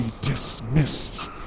dismissed